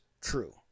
true